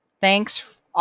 thanks